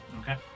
Okay